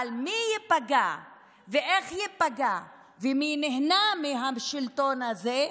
אבל מי ייפגע ואיך ייפגע, ומי נהנה מהשלטון הזה,